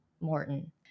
Morton